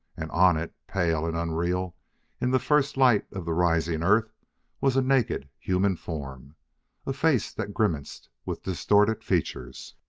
and on it, pale and unreal in the first light of the rising earth was a naked, human form a face that grimaced with distorted features.